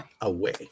away